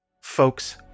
folks